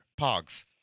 Pogs